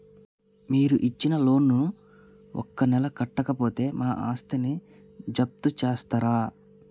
మీరు ఇచ్చిన లోన్ ను ఒక నెల కట్టకపోతే మా ఆస్తిని జప్తు చేస్తరా?